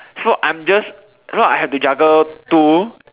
so I'm just so I had to juggle two